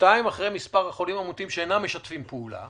ואחרי מספר החולים המאומתים שלא משתפים פעולה.